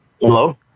Hello